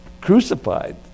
crucified